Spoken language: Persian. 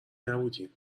نبودیم